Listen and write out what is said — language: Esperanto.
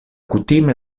kutime